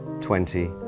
twenty